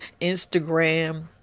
instagram